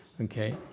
Okay